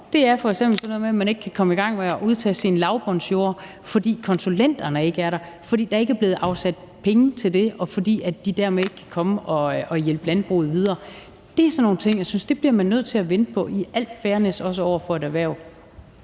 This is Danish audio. nok, er f.eks. sådan noget med, at man ikke kan komme i gang med at udtage sine lavbundsjorde, fordi konsulenterne ikke er der, fordi der ikke er blevet afsat penge til det, og fordi de dermed ikke kan komme og hjælpe landbruget videre. Det er sådan nogle ting, man i al fairness over for et erhverv